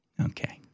okay